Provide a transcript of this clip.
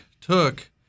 took